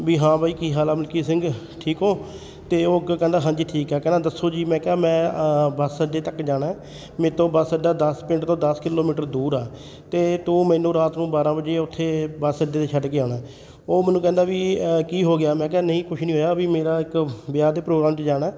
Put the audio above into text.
ਵੀ ਹਾਂ ਬਾਈ ਕੀ ਹਾਲ ਆ ਮਲਕੀਤ ਸਿੰਘ ਠੀਕ ਹੋ ਅਤੇ ਉਹ ਅੱਗੇ ਕਹਿੰਦਾ ਹਾਂਜੀ ਠੀਕ ਹੈ ਕਹਿੰਦਾ ਦੱਸੋ ਜੀ ਮੈਂ ਕਿਹਾ ਮੈਂ ਬੱਸ ਅੱਡੇ ਤੱਕ ਜਾਣਾ ਮੇਰੇ ਤੋਂ ਬੱਸ ਅੱਡਾ ਦਸ ਪਿੰਡ ਤੋਂ ਦਸ ਕਿਲੋਮੀਟਰ ਦੂਰ ਆ ਅਤੇ ਤੂੰ ਮੈਨੂੰ ਰਾਤ ਨੂੰ ਬਾਰ੍ਹਾਂ ਵਜੇ ਉੱਥੇ ਬੱਸ ਅੱਡੇ 'ਤੇ ਛੱਡ ਕੇ ਆਉਣਾ ਉਹ ਮੈਨੂੰ ਕਹਿੰਦਾ ਵੀ ਕੀ ਹੋ ਗਿਆ ਮੈਂ ਕਿਹਾ ਨਹੀਂ ਕੁਛ ਨਹੀਂ ਹੋਇਆ ਵੀ ਮੇਰਾ ਇੱਕ ਵਿਆਹ ਦੇ ਪ੍ਰੋਗਰਾਮ 'ਚ ਜਾਣਾ